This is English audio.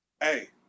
Hey